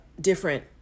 different